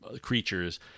creatures